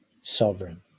sovereign